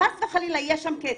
חס וחלילה יהיה שם קצר,